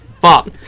fuck